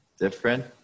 different